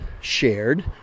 shared